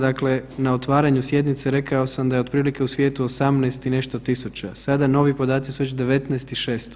Dakle, na otvaranju sjednice rekao sam da je otprilike u svijetu 18 i nešto tisuća, sada novi podaci su već 19600.